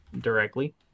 directly